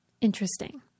interesting